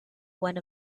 one